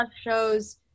shows